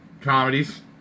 comedies